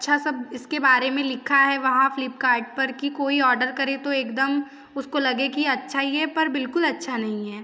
अच्छा सब इसके बारे में लिखा है वहाँ फ्लिपकार्ट पर की कोई ऑर्डर करे तो एकदम उसको लगे कि अच्छा ही है पर बिलकुल अच्छा नहीं है